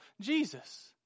Jesus